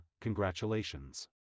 congratulations